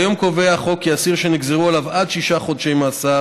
כיום קובע החוק כי אסיר שנגזרו עליו עד שישה חודשי מאסר